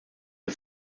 des